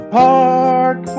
park